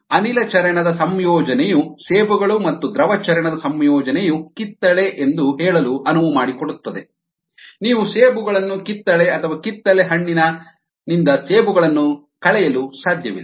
ಅನಿಲ ಚರಣ ದ ಸಂಯೋಜನೆಯು ಸೇಬುಗಳು ಮತ್ತು ದ್ರವ ಚರಣ ದ ಸಂಯೋಜನೆಯು ಕಿತ್ತಳೆ ಎಂದು ಹೇಳಲು ಅನುವು ಮಾಡಿಕೊಡುತ್ತದೆ ನೀವು ಸೇಬುಗಳನ್ನು ಕಿತ್ತಳೆ ಅಥವಾ ಕಿತ್ತಳೆ ಹಣ್ಣಿನಿಂದ ಸೇಬುಗಳನ್ನು ಕಳೆಯಲು ಸಾಧ್ಯವಿಲ್ಲ